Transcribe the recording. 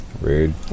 Rude